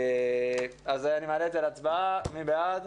מי בעד?